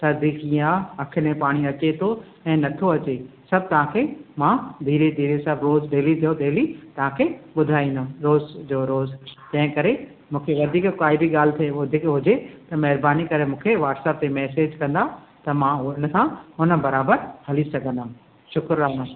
सर्दी कीअं आहे अखि में पाणी अचे थो ऐं नथो अचे सभु तव्हांखे मां धीरे धीरे सभु रोज़ु डेली टू डेली तव्हांखे ॿुधाईंदुमि रोज़ जो रोज़ तंहिं करे मूंखे वधीक काई बि ॻाल्हि जेके हुजे हुजे त महिरबानी करे मूंखे वाट्सप ते मेसेज कंदा त मां हुन सां हुन बराबरि हली सघंदमि शुकराना